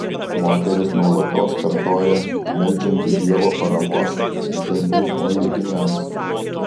moteris nuolatos kartoja meldžianti dievo paramos zdanių naujagimiams